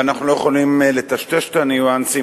ואנחנו לא יכולים לטשטש את הניואנסים,